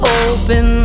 open